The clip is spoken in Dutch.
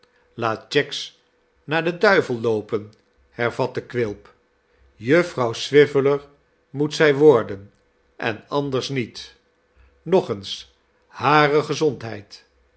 laat cheggs naar den duivel loopen hervatte quilp jufvrouw swiveller moet zij worden en anders niet nog eens hare gezondheid